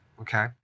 Okay